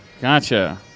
Gotcha